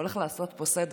הוא הולך לעשות פה סדר.